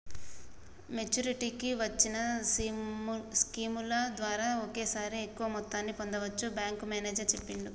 మెచ్చురిటీకి వచ్చిన స్కీముల ద్వారా ఒకేసారి ఎక్కువ మొత్తాన్ని పొందచ్చని బ్యేంకు మేనేజరు చెప్పిండు